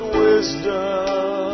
wisdom